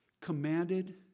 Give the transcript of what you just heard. commanded